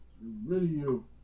Video